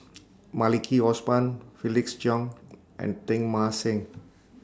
Maliki Osman Felix Cheong and Teng Mah Seng